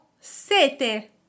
sete